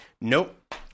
nope